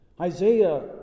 Isaiah